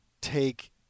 take